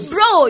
Bro